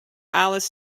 alice